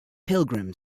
pilgrim